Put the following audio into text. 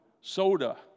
soda